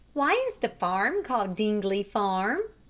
why is the farm called dingley farm?